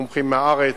מומחים מהארץ,